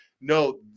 no